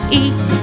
eat